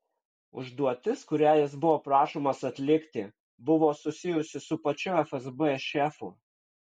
užduotis kurią jis buvo prašomas atlikti buvo susijusi su pačiu fsb šefu